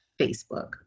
Facebook